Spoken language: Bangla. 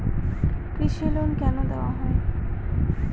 কৃষি লোন কেন দেওয়া হয়?